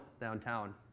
downtown